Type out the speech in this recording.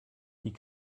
die